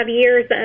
years